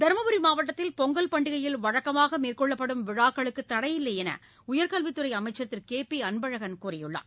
தர்மபுரி மாவட்டத்தில் பொங்கல் பண்டிகையில் வழக்கமாக மேற்கொள்ளப்படும் விழாக்களுக்கு தடையில்லை என்று உயர்கல்வித் துறை அமைச்சர் திரு கே பி அன்பழகன் கூறியுள்ளார்